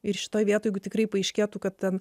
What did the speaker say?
ir šitoj vietoj jeigu tikrai paaiškėtų kad ten